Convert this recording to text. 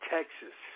Texas